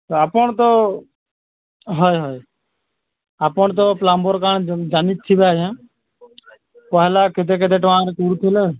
ତ ଆପଣ୍ ତ ହଏ ହଏ ଆପଣ୍ ତ ପ୍ଲମ୍ବର୍ କାଣା ଜାନିଥିବେ ଆଜ୍ଞା ପହେଲା କେତେ କେତେ ଟଙ୍କାରେ କରୁଥିଲେ